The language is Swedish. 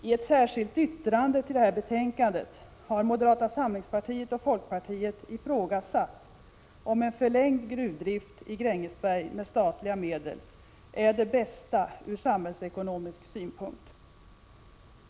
I ett särskilt yttrande till det här betänkandet har moderata samlingspartiet och folkpartiet ifrågasatt om en förlängd gruvdrift i Grängesberg med statliga medel är det bästa ur samhällsekonomisk synpunkt.